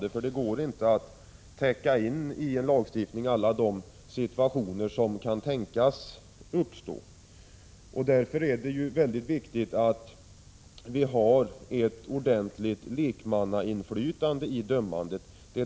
Det går nämligen inte att i lagstiftningen täcka in alla de situationer som kan tänkas uppstå. Därför är det viktigt att det finns ett ordentligt lekmannainflytande i dömandet.